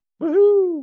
Woohoo